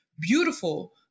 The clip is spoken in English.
beautiful